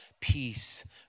Peace